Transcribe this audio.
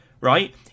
Right